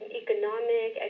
economic